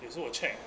有时候我 check